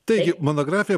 taigi monografija